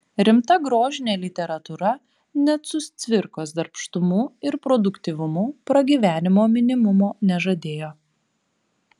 rimta grožinė literatūra net su cvirkos darbštumu ir produktyvumu pragyvenimo minimumo nežadėjo